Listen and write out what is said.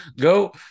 go